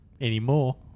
anymore